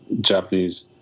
Japanese